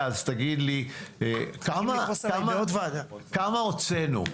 כמה הוצאנו?